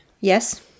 Yes